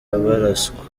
barasabwa